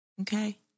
Okay